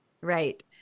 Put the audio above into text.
Right